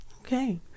Okay